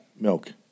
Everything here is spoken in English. milk